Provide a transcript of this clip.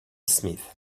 smith